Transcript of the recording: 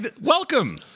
welcome